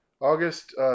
August